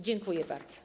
Dziękuję bardzo.